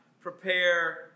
prepare